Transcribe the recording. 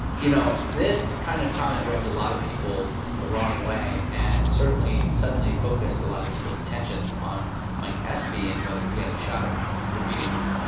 you know, this kind of comment rubbed a lot of people the wrong way and certainly suddenly focused a lot of people's attentions on mike espy and whether he had a shot of defeating her.